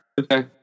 okay